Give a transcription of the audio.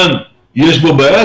יש בעיה?